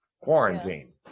quarantine